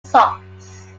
socks